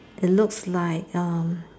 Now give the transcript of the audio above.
it looks like um